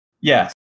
Yes